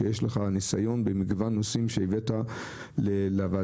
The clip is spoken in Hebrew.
הניסיון במגוון נושאים שהבאת לוועדה,